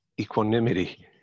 equanimity